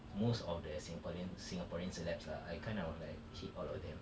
most of the singaporean singaporean celebs lah I kind of like hate all of them